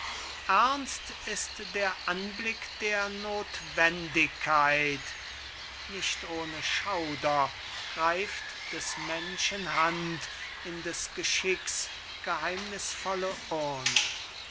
ernst ist der anblick der notwendigkeit nicht ohne schauder greift des menschen hand in des geschicks geheimnisvolle urne